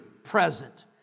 present